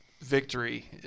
victory